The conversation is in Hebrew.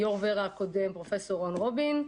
ליושב-ראש ו"רה הקודם, פרופסור רובין,